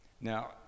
Now